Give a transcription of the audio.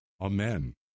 Amen